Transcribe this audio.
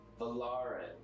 Valarin